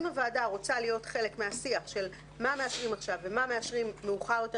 אם הוועדה רוצה להיות חלק מהשיח של מה מאשרים ומה מאשרים מאוחר יותר,